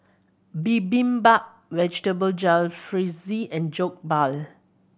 Bibimbap Vegetable Jalfrezi and Jokbal